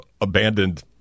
abandoned